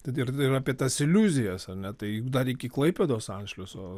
tad ir apie tas iliuzijas ar ne tai juk dar iki klaipėdos anšliuso